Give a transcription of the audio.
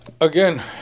Again